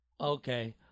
Okay